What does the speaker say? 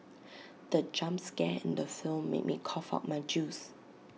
the jump scare in the film made me cough out my juice